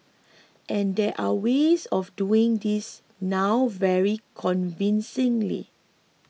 and there are ways of doing this now very convincingly